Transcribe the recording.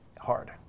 hard